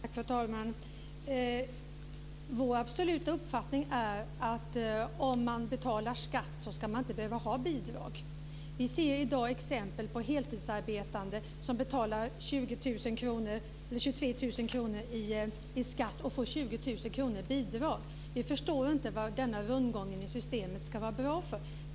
Fru talman! Vår absoluta uppfattning är att om man betalar skatt så ska man inte behöva ha bidrag. Vi ser i dag exempel på heltidsarbetande som betalar 23 000 kr i skatt och får 20 000 kr i bidrag. Vi förstår inte vad denna rundgång i systemet ska vara bra för.